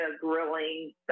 grilling